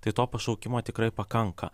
tai to pašaukimo tikrai pakanka